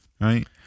right